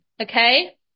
Okay